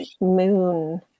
moon